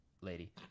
lady